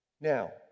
Now